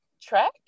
track